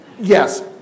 Yes